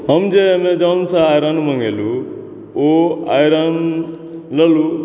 हम जे एमेजान सॅं आइरन मंगेलहुॅं ओ आइरन लेलहुॅं